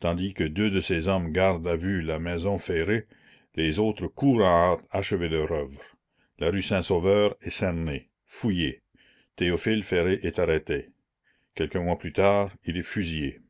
tandis que deux de ces hommes gardent à vue la maison ferré les autres courent en hâte achever leur œuvre la rue saint-sauveur est cernée fouillée théophile ferré est arrêté quelques mois plus tard il est fusillé